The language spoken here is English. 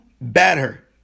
better